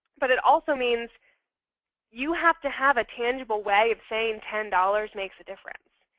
but it also means you have to have a tangible way of saying ten dollars makes a difference.